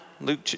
Luke